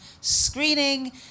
screening